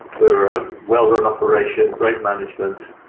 we were a well-run operation, great management,